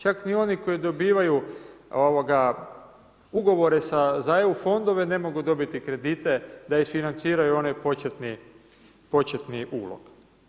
Čak ni oni koji dobivaju ugovore za EU fondove ne mogu dobiti kredite da isfinanciraju onaj početni ulog.